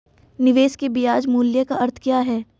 निवेश के ब्याज मूल्य का अर्थ क्या है?